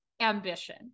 ambition